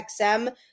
XM